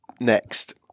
next